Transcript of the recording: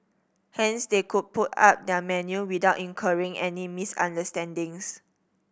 hence they could put up their menu without incurring any misunderstandings